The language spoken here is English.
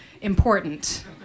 important